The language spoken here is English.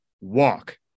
Walk